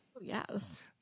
Yes